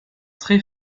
très